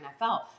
NFL